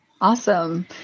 Awesome